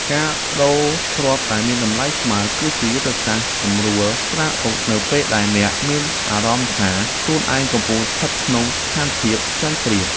ការប្តូរគ្រាប់ដែលមានតម្លៃស្មើគ្នាគឺជាយុទ្ធសាស្ត្រសម្រួលក្តារអុកនៅពេលដែលអ្នកមានអារម្មណ៍ថាខ្លួនឯងកំពុងស្ថិតក្នុងស្ថានភាពចាញ់ប្រៀប។